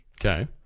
Okay